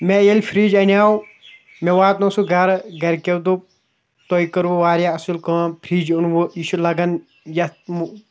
مےٚ ییٚلہِ فِرٛج اَنیٛاو مےٚ واتنو سُہ گَرٕ گَرکیٛو دوٚپ تۄہہِ کٔروٕ واریاہ اَصٕل کٲم فِرٛج اوٚنوٕ یہِ چھُ لَگان یَتھ